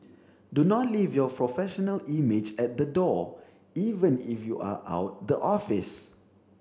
do not leave your professional image at the door even if you are out the office